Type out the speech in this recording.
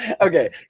Okay